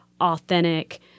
authentic